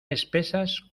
espesas